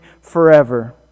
forever